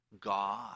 God